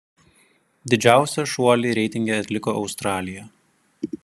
didžiausią šuolį reitinge atliko australija